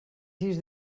sis